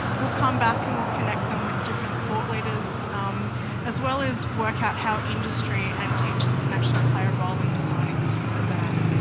we'll come back and we'll connect them with different thought leaders as well as work out how industry and teachers can actually play a role in designing this program.